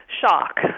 shock